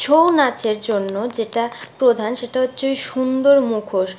ছৌ নাচের জন্য যেটা প্রধান সেটা হচ্ছে ওই সুন্দর মুখোশ